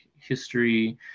history